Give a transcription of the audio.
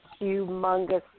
humongous